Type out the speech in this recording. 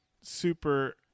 super